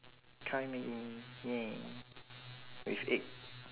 curry maggi mee !yay! with egg